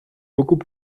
beaucoup